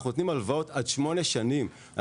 אנחנו נותנים הלוואות עד שמונה שנים.